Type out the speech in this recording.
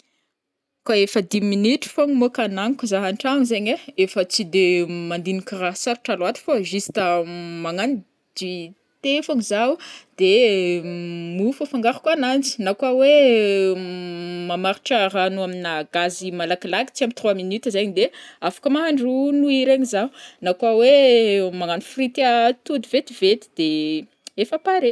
Koa efa dimy minitra fogna monko agnanako za antragno zegny ai, efa tsy de mandinika ra sarotra loatra fô juste magnano du thé fogna zao de m ofo afangaroko agnanjy, na koa oe mamaritra rano amina gaz malakilaky tsy ampy trois minutes zegny de afaka mahandro nouille regny zaho, na koa oe magnano frite atody vetivety de efa paré.